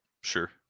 Sure